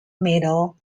medal